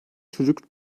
çocuk